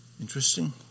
Interesting